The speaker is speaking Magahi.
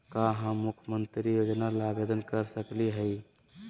का हम मुख्यमंत्री योजना ला आवेदन कर सकली हई?